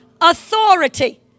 authority